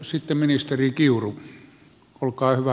sitten ministeri kiuru olkaa hyvä